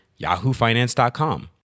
yahoofinance.com